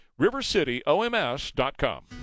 RiverCityOMS.com